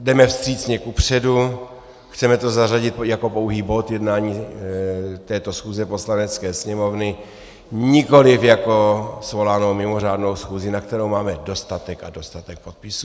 Jdeme vstřícně kupředu, chceme to zařadit jako pouhý bod jednání této schůze Poslanecké sněmovny, nikoli jako svolanou mimořádnou schůzi, na kterou máme dostatek a dostatek podpisů.